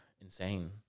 insane